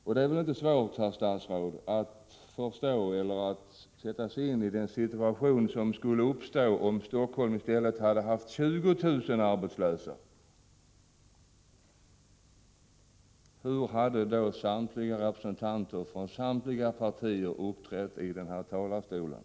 Det är väl då inte svårt, herr statsrådet, att sätta sig in i den situation som skulle uppstå om Helsingfors i stället hade haft 20 000 arbetslösa. Hur hade då samtliga representanter för alla partier uppträtt här i talarstolen?